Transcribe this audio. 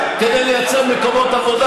40 סנט ומוכרים ב-6 דולר,